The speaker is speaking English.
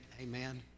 Amen